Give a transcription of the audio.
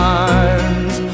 arms